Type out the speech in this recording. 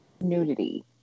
nudity